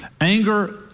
Anger